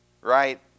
right